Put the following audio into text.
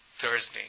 Thursday